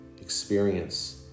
experience